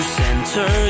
center